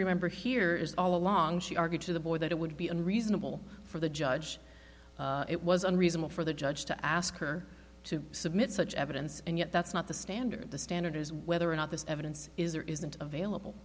remember here is all along she argued to the board that it would be unreasonable for the judge it was unreasonable for the judge to ask her to submit such evidence and yet that's not the standard the standard is whether or not this evidence is there isn't available